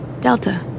Delta